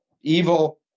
evil